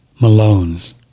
Malones